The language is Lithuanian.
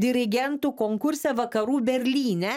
dirigentų konkurse vakarų berlyne